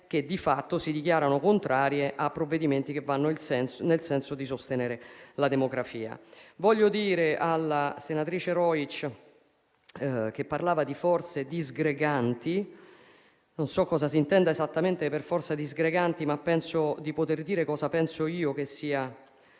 che di fatto si dichiarano contrarie a provvedimenti che vanno nel senso di sostenere la demografia. Voglio dire alla senatrice Rojc, che parlava di forze disgreganti, che non so cosa si intenda esattamente con questa espressione, ma penso di poter dire cosa penso io che sia